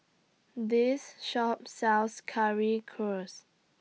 This Shop sells Currywurst